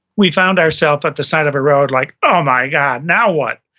we found ourselves at the side of a road, like, oh my god. now what?